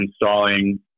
installing